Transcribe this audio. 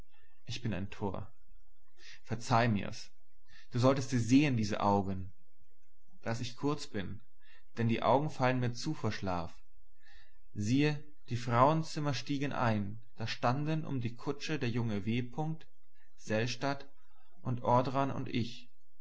augen ich bin ein tor verzeih mir's du solltest sie sehen diese augen daß ich kurz bin denn die augen fallen mir zu vor schlaf siehe die frauenzimmer stiegen ein da standen um die kutsche der junge w selstadt und audran und ich